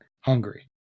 hungry